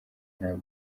ntabwo